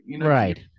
Right